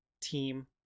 team